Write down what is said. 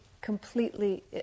completely